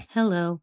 Hello